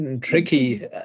tricky